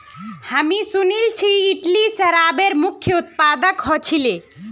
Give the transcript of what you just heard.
हामी सुनिल छि इटली शराबेर मुख्य उत्पादक ह छिले